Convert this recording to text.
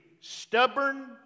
stubborn